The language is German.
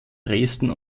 dresden